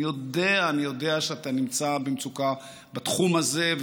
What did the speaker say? אני יודע שאתה נמצא במצוקה בתחום הזה,